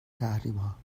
تحریمها